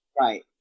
Right